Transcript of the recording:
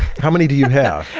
how many do you have?